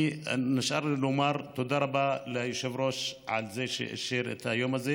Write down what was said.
נשאר לי לומר תודה רבה ליושב-ראש על כך שאישר את היום הזה,